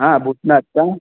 हां भूतनाथ का